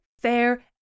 fair